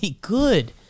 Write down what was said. good